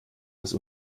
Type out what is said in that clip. das